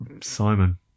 Simon